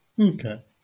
Okay